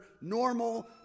normal